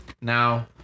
Now